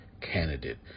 candidate